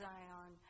Zion